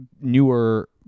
newer